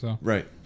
Right